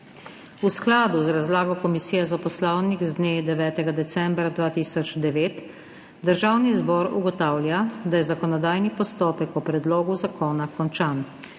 V skladu z razlago Komisije za poslovnik z dne 9. decembra 2009, Državni zbor ugotavlja, da je zakonodajni postopek o predlogu zakona končan.